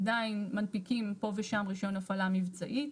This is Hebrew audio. עדיין מנפיקים פה ושם רישיון הפעלה מבצעית.